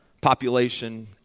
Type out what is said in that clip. Population